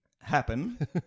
happen